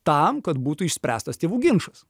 tam kad būtų išspręstas tėvų ginčas